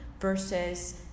versus